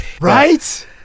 Right